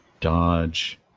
dodge